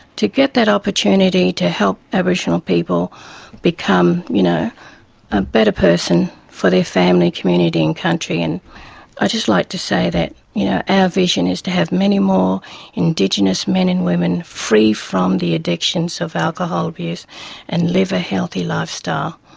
to get that opportunity to help aboriginal people become you know a better person for their family, community and country, and i'd just like to say that you know our vision is to have many more indigenous men and women free from the addictions of alcohol abuse and live a healthy lifestyle.